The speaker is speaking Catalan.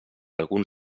algun